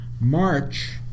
March